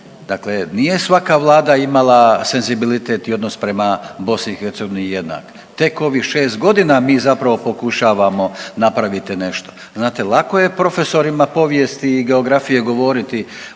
Dakle, nije svaka vlada imala senzibilitet i odnos prema BiH jednak. Tek ovih 6 godina mi zapravo pokušavamo napraviti nešto. Znate lako je profesorima povijesti i geografije govoriti